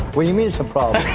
but do you mean it's a problem?